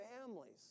families